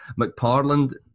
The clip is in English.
McParland